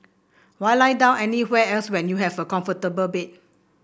why lie down anywhere else when you have a comfortable bed